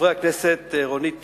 חברי הכנסת רונית תירוש,